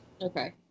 Okay